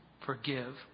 Forgive